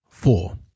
Four